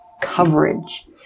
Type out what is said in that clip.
coverage